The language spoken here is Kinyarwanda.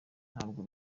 ntabwo